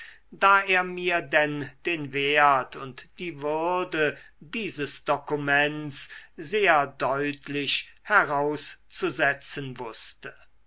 da er mir denn den wert und die würde dieses dokuments sehr deutlich herauszusetzen wußte